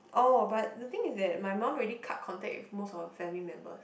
orh but the thing is that my mum already cut contact with most of her family members